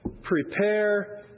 Prepare